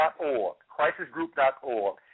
crisisgroup.org